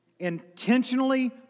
Intentionally